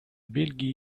бельгии